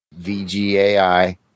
VGAI